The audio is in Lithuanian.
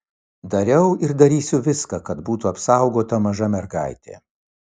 dariau ir darysiu viską kad būtų apsaugota maža mergaitė